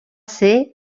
ser